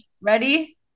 Ready